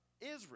Israel